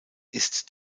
ist